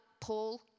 Paul